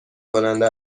کننده